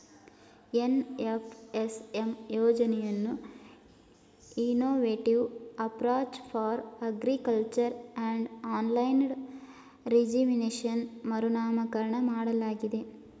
NFSM ಯೋಜನೆಯನ್ನು innovative approach for agriculture and aligned rejuvenation ಮರುನಾಮಕರಣ ಮಾಡಲಾಗಿದೆ